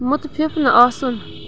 مُتفِف نہٕ آسُن